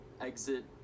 exit